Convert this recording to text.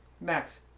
Max